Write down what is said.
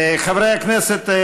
חברי הכנסת,